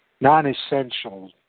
non-essential